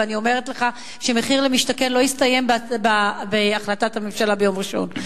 ואני אומרת לך שמחיר למשתכן לא יסתיים בהחלטת הממשלה ביום ראשון.